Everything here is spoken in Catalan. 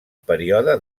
període